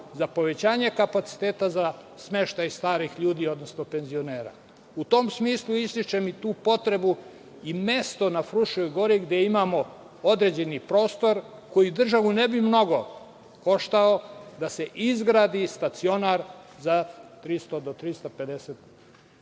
za povećanje kapaciteta za smeštaj starih ljudi odnosno penzionera. U tom smislu ističem i tu potrebu i mesto na Fruškoj Gori gde imamo određeni prostor koji državu ne bi mnogo koštao, da se izgradi stacionar za 300-350